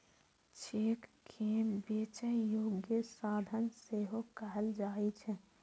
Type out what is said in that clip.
cheque कें बेचै योग्य साधन सेहो कहल जाइ छै